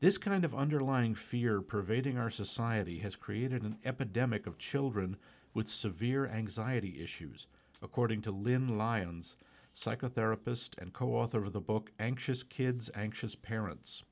this kind of underlying fear pervading our society has created an epidemic of children with severe anxiety issues according to lynne lyons psychotherapist and co author of the book anxious kids anxious parents